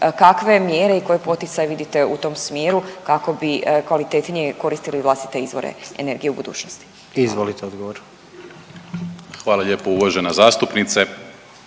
Kakve mjere i koje poticaje vidite u tom smjeru kako bi kvalitetnije koristili vlastite izvore energije u budućnosti? Hvala. **Jandroković, Gordan